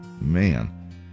man